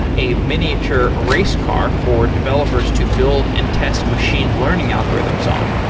a miniature race car for developers to build and test machine learning algorithms on.